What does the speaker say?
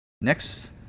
next